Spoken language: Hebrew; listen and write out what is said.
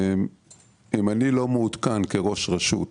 אם אני לא מעודכן כראש רשות